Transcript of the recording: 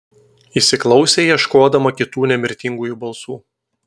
įsiklausė ieškodama kitų nemirtingųjų balsų